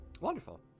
Wonderful